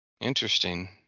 Interesting